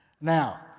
Now